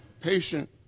patient